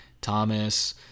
Thomas